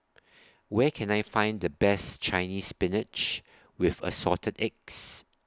Where Can I Find The Best Chinese Spinach with Assorted Eggs